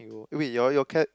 !aiyo! eh wait your your cap